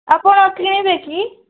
ଆପଣ କିଣିବେ କି